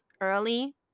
early